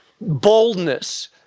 boldness